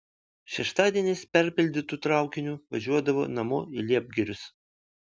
šeštadieniais perpildytu traukiniu važiuodavo namo į liepgirius